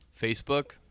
Facebook